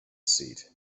seat